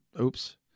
oops